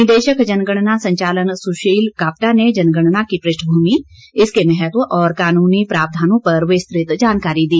निदेशक जनगणना संचालन सुशील कापटा ने जनगणना की पृष्ठ भूमि इसके महत्व और कानूनी प्रावधानों पर विस्तृत जानकारी दी